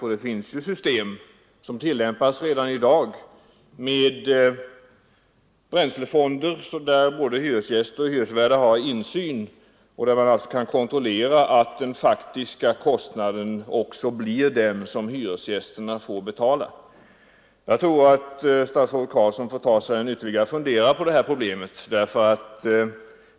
Redan i dag tillämpas system med bränslefonder där både hyresgäster och hyresvärdar har insyn och kan kontrollera att den faktiska kostnaden också blir vad hyresgästerna får betala. Jag tror att statsrådet Carlsson får ta sig en ytterligare funderare på det här problemet.